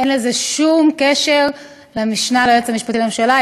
אין לזה שום קשר למשנה ליועץ המשפטי לממשלה,